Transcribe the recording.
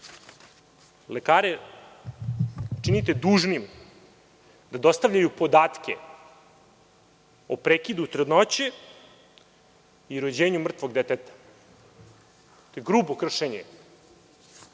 lekare činite dužnim da dostavljaju podatke o prekidu trudnoće i rođenju mrtvog deteta. To je grubo kršenje